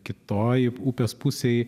kitoj upės pusėj